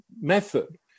method